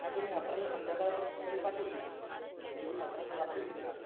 हां तुम्ही अकराला संध्याकाळपर्यंत गाडी पाठवून द्या म्हणजे मी अकराला रात्री निघणार